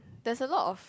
there's a lot of